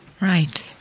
Right